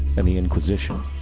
and the inquisition.